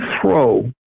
throw